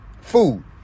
food